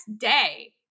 day